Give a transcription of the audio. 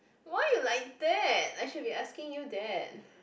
why you like that I should be asking you that